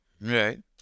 Right